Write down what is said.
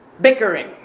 bickering